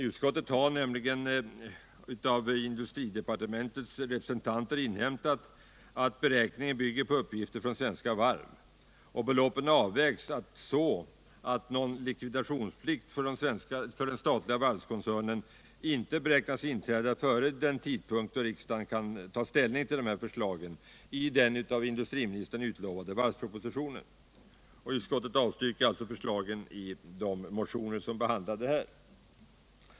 Utskottet har nämligen av industridepartementets representanter inhämtat att beräkningen bygger på uppgifter från Svenska Varv AB och att beloppen avvägts så att någon likviditetsplikt för den statliga varvskoncernen inte beräknas inträda före den tidpunkt då riksdagen kan ta ställning till förslagen i den av industriministern utlovade varvspropositionen. Utskottet avstyrker alltså förslagen i de motioner som behandlar detta.